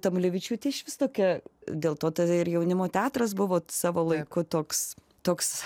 tamulevičiūtė išvis tokia dėl to tada ir jaunimo teatras buvo savo laiku toks toks